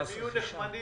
הם יהיו נחמדים.